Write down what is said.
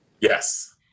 yes